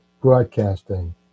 broadcasting